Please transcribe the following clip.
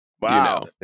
Wow